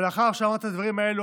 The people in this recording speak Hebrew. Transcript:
ולאחר שאמרתי את הדברים האלה,